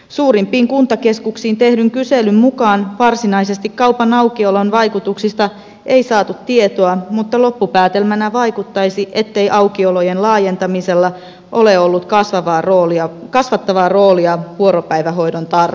suurimpiin kuntakeskuksiin tehdyn kyselyn mukaan varsinaisesti kaupan aukiolon vaikutuksista ei saatu tietoa mutta loppupäätelmänä vaikuttaisi olevan ettei aukiolojen laajentamisella ole ollut kasvattavaa roolia vuoropäivähoidon tarpeessa